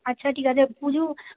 আচ্ছা ঠিক আছে পুজু